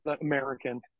American